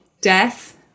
death